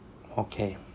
okay